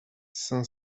cinq